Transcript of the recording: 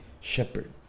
shepherd